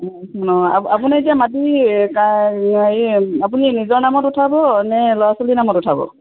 অঁ আপুনি এতিয়া মাটি কা হেৰি আপুনি নিজৰ নামত উঠাবনে ল'ৰা ছোৱালীৰ নামত উঠাব